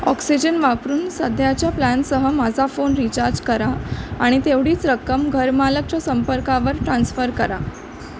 oxygen वापरून सध्याच्या प्लॅनसह माझा फोन रिचार्ज करा आणि तेवढीच रक्कम घरमालकाच्या संपर्कावर ट्रान्स्फर करा